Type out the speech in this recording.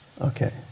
Okay